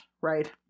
right